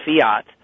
Fiat